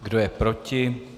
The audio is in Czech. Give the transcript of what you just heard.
Kdo je proti?